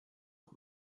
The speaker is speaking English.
old